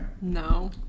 No